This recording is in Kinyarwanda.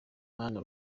mana